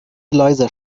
leiser